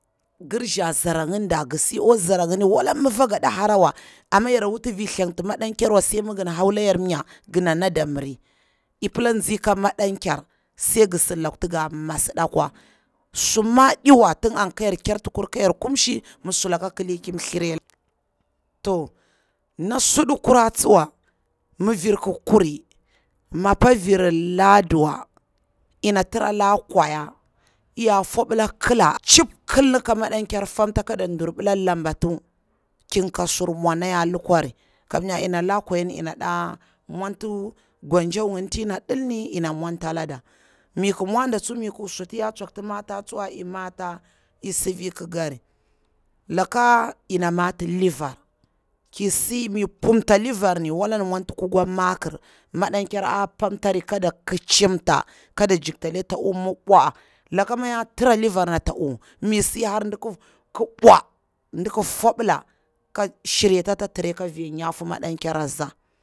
Ngir nza zara nginda, gir si wala mafa gaɗi harawa akwa zara ginwa amma yara wuti vir thlen madanke wa sai mi gan haula yar mwa gana ndadi miri, i pila nzi ka madan ker sai ngi sidi laku ta ga masɗa akwa suma ɗiwa tin an ka yor kertikur ka yar kumshi, mi sulaka akili ki mithiralada. To nna suɗu kura tsuwa mi vir ki kuri, mapa virir laduwa ina tira la kwaya, ya fwabila kila chip, kilni ka maɗanker femta kada durbila lambatu ki kaa sur mwa na ya lukwari, kamnya yana la kwaya ni yana ɗa mwanti gonjo, ngini ti yana ɗilmi yana mwantala ɗa, mi ƙi mw- da tsuwa mi ik wuti suti ya tsokti mata tsuwa imata i sifiyi kikari, la ka ina mati livar ki si mu pumta livar ni wala ni mwanti kukwa makir madanker. pamtari koda kicimta koda jiktali ata uwu mi ki bwa, laka ma ya tira livarini a ta uwu, mi si ki bwa diki fobila, ki shiryata ata trry ka vi a nyafu ma dankereza.